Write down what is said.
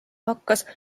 hakkas